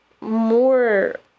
more